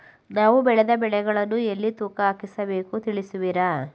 ನಾವು ಬೆಳೆದ ಬೆಳೆಗಳನ್ನು ಎಲ್ಲಿ ತೂಕ ಹಾಕಿಸಬೇಕು ತಿಳಿಸುವಿರಾ?